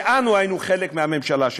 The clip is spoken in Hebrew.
שאנו היינו חלק מהממשלה שלו.